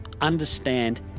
understand